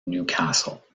newcastle